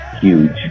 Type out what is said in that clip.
huge